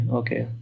okay